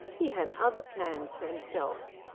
he had other plans for himself.